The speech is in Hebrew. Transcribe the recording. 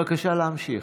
בבקשה להמשיך.